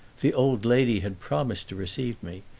the old lady had promised to receive me,